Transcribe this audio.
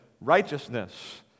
righteousness